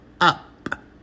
up